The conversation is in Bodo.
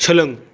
सोलों